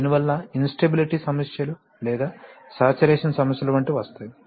దీనివల్ల ఇంస్టేబిలిటీ సమస్యలు లేదా సాచురేషన్ సమస్యలు వంటివి వస్తాయి